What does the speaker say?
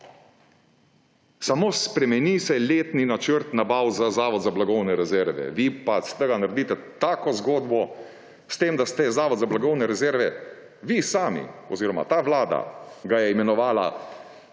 Samo spremeni se letni načrt nabav za Zavod za blagovne rezerve. Vi pa iz tega naredite tako zgodbo, s tem da ste Zavod za blagovne rezerve vi sami oziroma ta vlada ga je imenovala